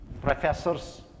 Professors